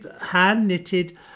hand-knitted